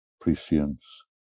prescience